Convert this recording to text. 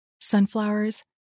sunflowers